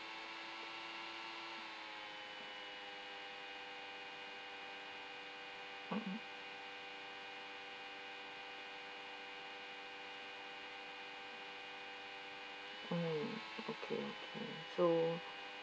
mm okay okay so